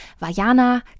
Vajana